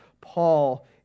Paul